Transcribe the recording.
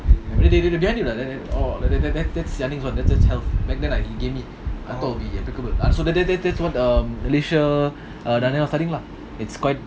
இதுஇதுஇதுகேட்கல:idhu idhu idhu ketkala that's that's one that that's health back then lah he gave me I thought it would be applicable ah so that that that that's what um alicia lah it's quite